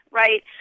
right